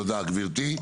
תודה גברתי.